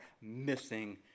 missing